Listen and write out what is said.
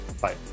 Bye